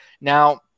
Now